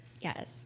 Yes